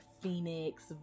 Phoenix